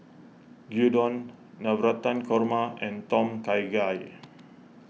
Gyudon Navratan Korma and Tom Kha Gai